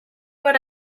what